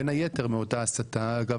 בין היתר מאותה הסתה אגב,